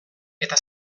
eta